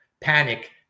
panic